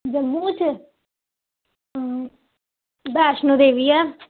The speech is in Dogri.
जम्मू च अं वैष्णो देवी ऐ